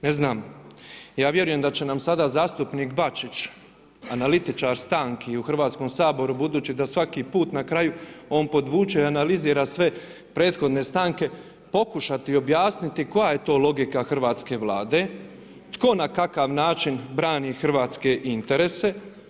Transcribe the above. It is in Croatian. Ne znam, ja vjerujem da će nam sada zastupnik Bačić, analitičar stanki u Hrvatskom saboru, budući da svaki put na kraju on podvuče i analizira sve prethodne stanke, pokušati objasniti koja je to logika hrvatske Vlade, tko na kakav način brani hrvatske interese.